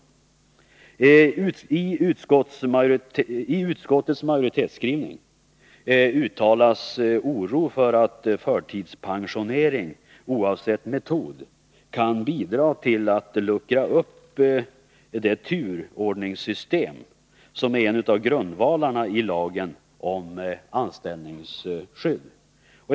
I utskottsmajoritetens skrivning uttalas oro för att förtidspensionering, oavsett metod, kan bidra till att luckra upp det turordningssystem som är en av grundvalarna i lagen om anställningsskydd.